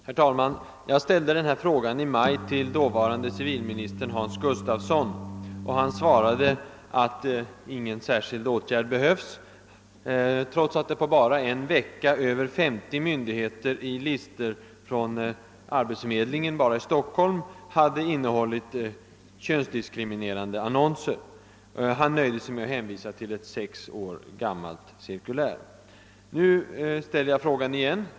Herr talman! Jag ställde samma fråga i maj till dåvarande civilministern Hans Gustafsson. Trots att över 50 myndigheter i listor från arbetsförmedlingen i Stockholm bara på en vecka hade haft könsdiskriminerande annonser, ansåg han att ingen särskild åtgärd behövde vidtagas. Han nöjde sig med att hänvisa till ett sex år gammalt cirkulär. Nu ställde jag frågan igen.